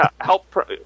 help